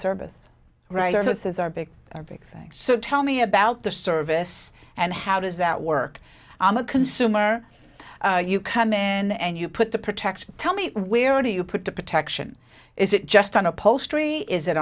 service writer so it is our big big thing so tell me about the service and how does that work i'm a consumer you come in and you put the protection tell me where do you put the protection is it just on upholstery is it